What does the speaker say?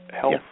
Health